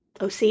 oc